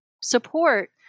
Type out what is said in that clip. support